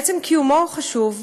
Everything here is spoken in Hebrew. עצם קיומו הוא חשוב.